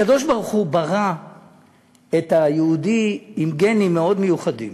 הקדוש-ברוך-הוא ברא את היהודי עם גנים מאוד מיוחדים: